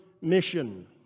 mission